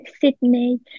Sydney